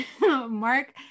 Mark